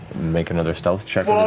make another stealth check